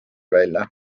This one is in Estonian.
välja